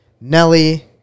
Nelly